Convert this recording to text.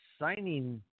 signing